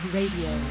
Radio